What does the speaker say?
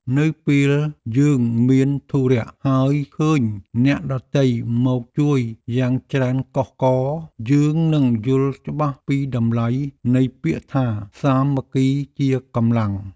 នៅពេលយើងមានធុរៈហើយឃើញអ្នកដទៃមកជួយយ៉ាងច្រើនកុះករ យើងនឹងយល់ច្បាស់ពីតម្លៃនៃពាក្យថា សាមគ្គីជាកម្លាំង។